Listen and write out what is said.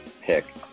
pick